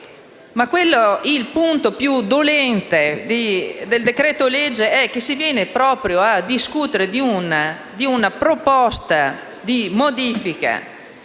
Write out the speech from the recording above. il punto più dolente del decreto-legge è che si viene a discutere di una proposta di modifica